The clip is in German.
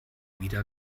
wieder